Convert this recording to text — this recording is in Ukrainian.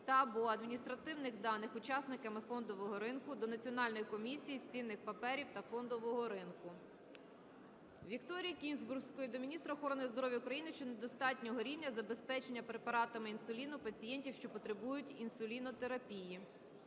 та/або адміністративних даних учасниками фондового ринку до Національної комісії з цінних паперів та фондового ринку. Вікторії Кінзбурської до міністра охорони здоров'я України щодо недостатнього рівня забезпечення препаратами інсуліну пацієнтів, що потребують інсулінотерапії.